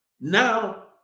now